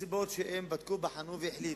מסיבות שהם בדקו, בחנו והחליטו,